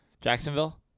Jacksonville